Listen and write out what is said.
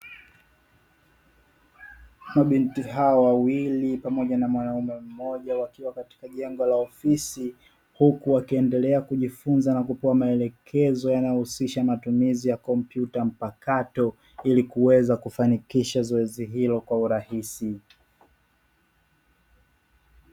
Mabinti hawa wawili pamoja na mwanaume mmoja, wakiwa katika jengo la ofisi huku wakiendelea kujifunza na kupewa maelekezo yanayohusisha matumizi ya kompyuta mpakato, ili kuweza kufanikisha zoezi hilo kwa urahisi.